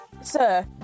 sir